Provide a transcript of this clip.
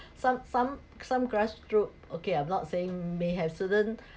some some some grassroot okay I'm not saying may have certain